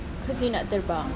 because you nak terbang